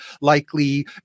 likely